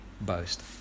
boast